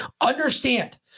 Understand